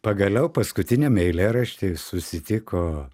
pagaliau paskutiniame eilėrašty susitiko